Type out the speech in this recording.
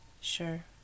Sure